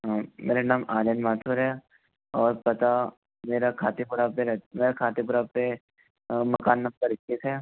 हाँ मेरा नाम आर्यन माथुर है और पता मेरा खातीपुरा पर रह मैं खातीपुरा पर मकान नंबर इक्कीस है